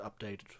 updated